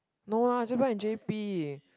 no ah just buy in J_B